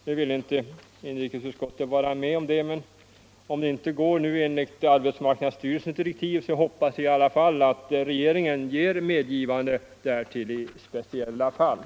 Inrikesutskottet vill inte vara med om det, men om detta inte går enligt arbetsmarknadsstyrelsens direktiv, hoppas jag i alla fall att regeringen ger sitt medgivande därtill i speciella fall.